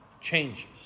changes